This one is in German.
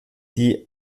die